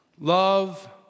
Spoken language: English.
Love